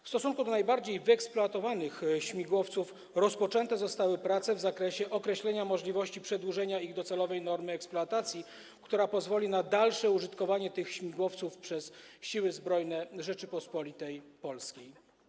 W stosunku do najbardziej wyeksploatowanych śmigłowców rozpoczęte zostały prace w zakresie określenia możliwości przedłużenia ich docelowej normy eksploatacji, która pozwoli na dalsze użytkowanie tych śmigłowców przez Siły Zbrojne Rzeczypospolitej Polskiej.